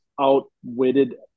outwitted